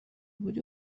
بودی